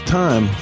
time